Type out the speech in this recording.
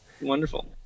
wonderful